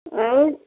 ଆଉ